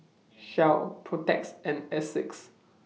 Shell Protex and Asics